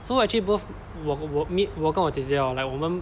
so actually both 我我 me 我跟我姐姐哦 like 我们